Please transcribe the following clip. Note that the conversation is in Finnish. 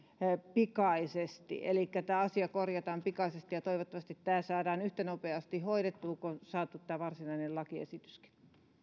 pikaisesti elikkä tämä asia korjataan pikaisesti toivottavasti tämä saadaan yhtä nopeasti hoidettua kuin on saatu tämä varsinainen lakiesityskin